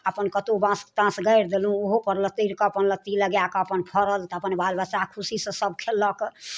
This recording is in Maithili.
अपन कतौ बाँस ताँस गारि देलहुॅं ओहो पर लतैरके अपन लत्ती लगाएके अपन फड़ल तऽ अपन बाल बच्चा खुशी से सभ खेलक